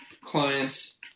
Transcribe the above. clients –